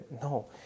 no